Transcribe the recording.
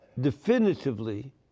definitively